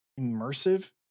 immersive